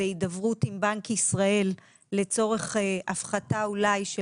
זה הידברות עם בנק ישראל לצורך הפחתה אולי של